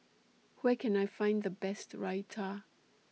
Where Can I Find The Best Raita